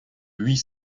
huit